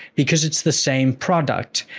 because it's the same product.